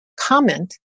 comment